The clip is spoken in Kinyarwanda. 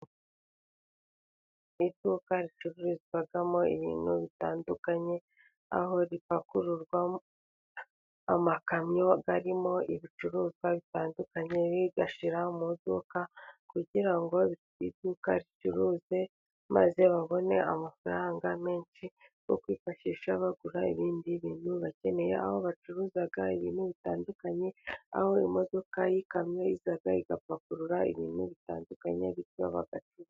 Mu iduka ricururizwamo ibintu bitandukanye, aho ripakururwa amakamyo arimo ibicuruzwa bitandukanye biyashyira mu iduka kugira ngo iduka ricuruze, maze babone amafaranga menshi yo kwifashisha bagura ibindi bintu bakeneye , aho bacuruzaga ibintu bitandukanye aho imodoka y'ikamyo iza igapakurura ibintu bitandukanye bityo bagakira.